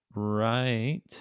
Right